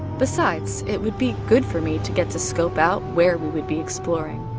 besides, it would be good for me to get to scope out where we would be exploring.